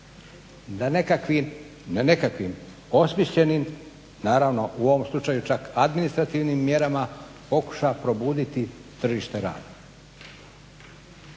da nekakvim osmišljenim, naravno u ovom slučaju čak administrativnim mjerama pokuša probuditi tržište rada.